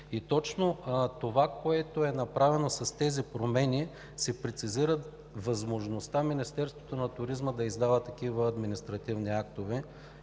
точно това, което е направено с тези промени, се прецизира възможността Министерството на туризма да издава такива административни актове.